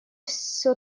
все